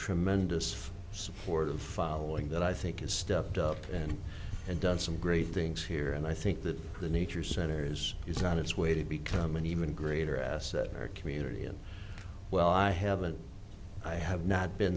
tremendous support of following that i think is stepped up and and done some great things here and i think that the nature center is is on its way to become an even greater asset in our community and well i haven't i have not been